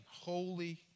Holy